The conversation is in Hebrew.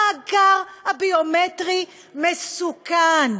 המאגר הביומטרי מסוכן.